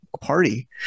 party